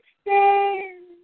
stand